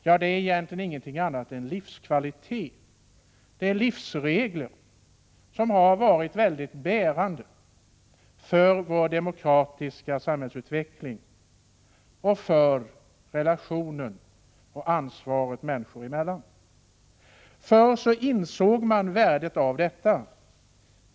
Ja, det är egentligen ingenting annat än livskvalitet, livsregler som ju varit bärande för vår demokratiska samhällsutveckling och för relationerna och ansvaret människor emellan. Förr insåg man värdet av detta.